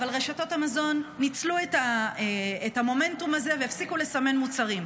אבל רשתות המזון ניצלו את המומנטום הזה והפסיקו לסמן מוצרים,